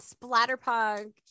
splatterpunk